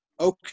Okay